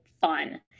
fun